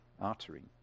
artery